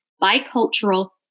bi-cultural